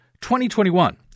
2021